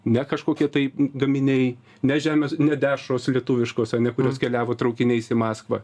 ne kažkokie tai gaminiai ne žemės ne dešros lietuviškos ane kurios keliavo traukiniais į maskvą